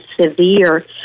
severe